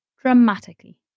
dramatically